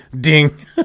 ding